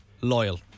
loyal